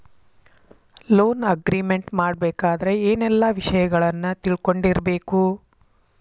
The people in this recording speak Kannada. ಲೊನ್ ಅಗ್ರಿಮೆಂಟ್ ಮಾಡ್ಬೆಕಾದ್ರ ಏನೆಲ್ಲಾ ವಿಷಯಗಳನ್ನ ತಿಳ್ಕೊಂಡಿರ್ಬೆಕು?